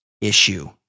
issue